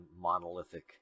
monolithic